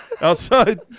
outside